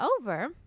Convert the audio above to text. over